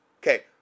okay